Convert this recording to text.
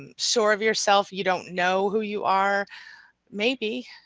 and sure of yourself, you don't know who you are maybe,